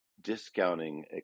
discounting